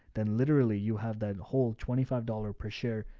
then literally you have that whole twenty five dollars per share,